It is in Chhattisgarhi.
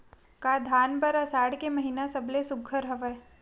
का धान बर आषाढ़ के महिना सबले सुघ्घर हवय?